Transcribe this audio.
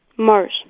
Mars